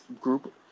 group